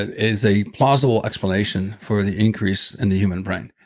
is a plausible explanation for the increase in the human brain.